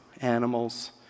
animals